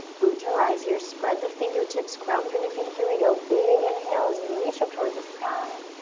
root to rise, here. spread the fingertips, ground through the feet, here we go. big inhale as you reach up towards the sky,